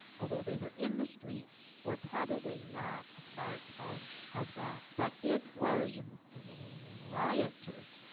although they were in the streets, were probably not a part of of that. but it was riotous.